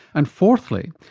and fourthly,